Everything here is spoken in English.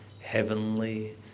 heavenly